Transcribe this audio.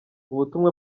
ubutumwa